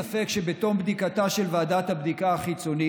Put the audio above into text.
אך אין לי ספק שבתום בדיקתה של ועדת הבדיקה החיצונית,